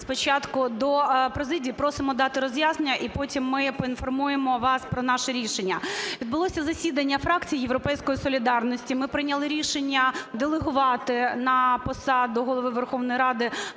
спочатку до президії, просимо дати роз'яснення і потім ми поінформуємо вас про наше рішення. Відбулося засідання фракції "Європейська солідарність", ми прийняли рішення делегувати на посаду Голови Верховної Ради